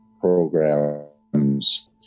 programs